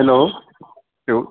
hello ఎవరు